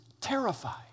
terrified